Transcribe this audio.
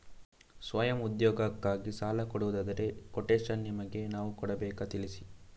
ಸ್ವಯಂ ಉದ್ಯೋಗಕ್ಕಾಗಿ ಸಾಲ ಕೊಡುವುದಾದರೆ ಕೊಟೇಶನ್ ನಿಮಗೆ ನಾವು ಕೊಡಬೇಕಾ ತಿಳಿಸಿ?